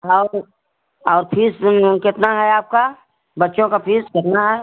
और और फीस कितना है आपका बच्चों का फीस कितना है